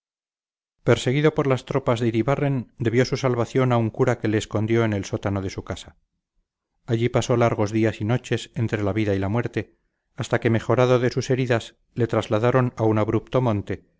perseguido por las tropas de iribarren debió su salvación a un cura que le escondió en el sótano de su casa allí pasó largos días y noches entre la vida y la muerte hasta que mejorado de sus heridas le trasladaron a un abrupto monte